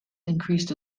increased